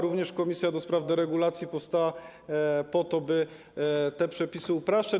Również komisja do spraw deregulacji powstała po to, by te przepisy upraszczać.